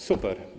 Super.